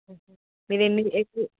మీరు ఎన్ని